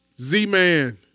Z-Man